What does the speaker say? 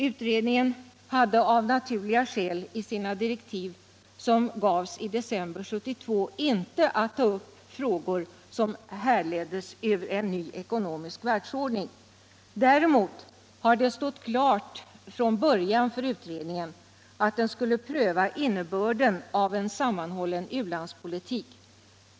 Utredningen hade av naturligta skäl i sina direktiv - som gavs i december 1972 — inte att ta upp frågor som härleddes ur en ny ekonomisk världsordning. Däremot har det stått klart från början för utredningen att den skulle pröva innebörden av en sammanhållen u-landspolitik.